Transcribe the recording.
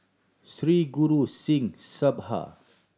Sri Guru Singh Sabha